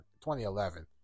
2011